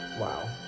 Wow